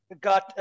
got